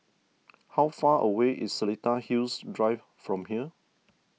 how far away is Seletar Hills Drive from here